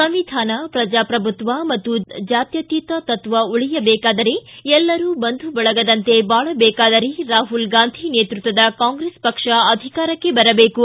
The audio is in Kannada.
ಸಂವಿಧಾನ ಪ್ರಜಾಪ್ರಭುತ್ವ ಮತ್ತು ಜಾತ್ಯತೀತ ತಕ್ವ ಉಳಿಯಬೇಕಾದರೆ ಎಲ್ಲರೂ ಬಂಧು ಬಳಗದಂತೆ ಬಾಳಬೇಕಾದರೆ ರಾಹುಲ್ ಗಾಂಧಿ ನೇತೃತ್ವದ ಕಾಂಗ್ರೆಸ್ ಪಕ್ಷ ಅಧಿಕಾರಕ್ಕೆ ಬರಬೇಕು